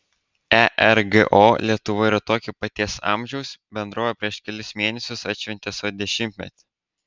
ergo lietuva yra tokio paties amžiaus bendrovė prieš kelis mėnesius atšventė savo dešimtmetį